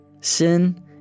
sin